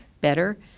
better